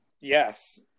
yes